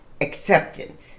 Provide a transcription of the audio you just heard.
acceptance